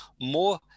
more